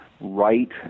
right